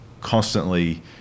constantly